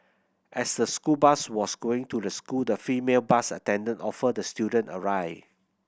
as the school bus was going to the school the female bus attendant offered the student a ride